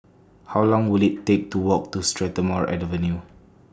How Long Will IT Take to Walk to Strathmore Avenue